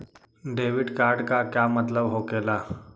Debit card के का मतलब होकेला?